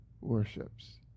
worships